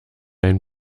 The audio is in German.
ein